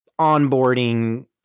onboarding